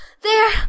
there